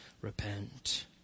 repent